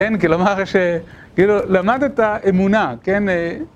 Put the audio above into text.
כן, כלומר, כאילו, למדת האמונה, כן?